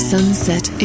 Sunset